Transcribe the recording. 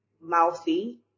mouthy